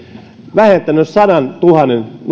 vähentänyt sadantuhannen